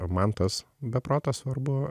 man tas be proto svarbu